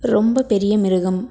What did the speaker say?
ரொம்ப பெரிய மிருகம்